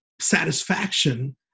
satisfaction